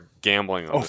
Gambling